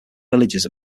villages